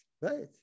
right